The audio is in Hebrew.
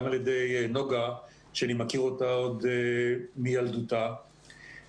גם על ידי נגה שאני מכיר אותה עוד מילדותה ואני